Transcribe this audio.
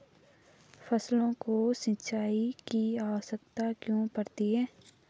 फसलों को सिंचाई की आवश्यकता क्यों पड़ती है?